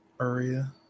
area